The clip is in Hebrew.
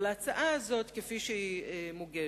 ההצעה הזאת, כפי שהיא מוגשת,